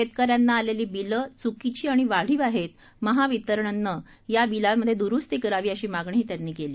शेतकऱ्यांना आलेली बीलं चुकीची आणि वाढीव आहेत महावितरणनं या बीलांमधे दुरुस्ती करावीत अशी मागणीही त्यांनी केली